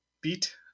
beat